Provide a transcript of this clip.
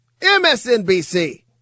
MSNBC